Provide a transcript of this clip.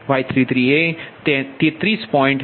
Y33 એ 33